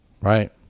right